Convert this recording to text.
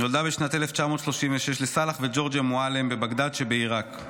נולדה בשנת 1936 לסלאח וג'ורג'יה מועלם בבגדאד שבעיראק.